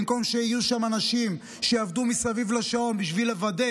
במקום שיהיו שם אנשים שיעבדו מסביב לשעון בשביל לוודא